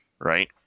Right